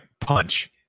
punch